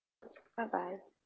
bye bye